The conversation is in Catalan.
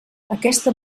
aquesta